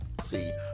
See